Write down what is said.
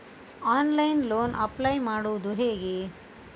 Online loan apply ಮಾಡುವುದು ಹೇಗೆ?